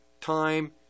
time